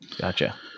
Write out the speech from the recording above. Gotcha